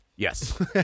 Yes